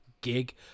gig